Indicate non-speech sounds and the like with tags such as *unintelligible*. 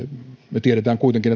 me tiedämme kuitenkin *unintelligible*